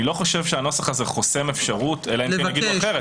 אני לא חושב שהנוסח הזה חוסם אפשרות לבקש אלא אם כן יאמרו אחרת.